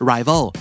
Rival